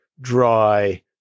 dry